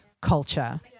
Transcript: culture